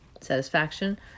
satisfaction